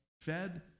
fed